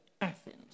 Athens